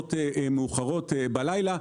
בשעות מאוחרות בלילה.